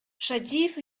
шадиев